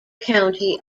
county